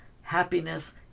happiness